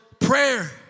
prayer